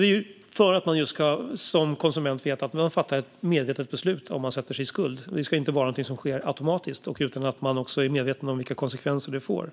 Detta görs för att man som konsument ska veta att man har fattat ett medvetet beslut om man sätter sig i skuld. Det ska inte vara något som sker automatiskt och utan att man är medveten om vilka konsekvenser det får.